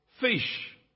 fish